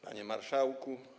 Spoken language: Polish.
Panie Marszałku!